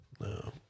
No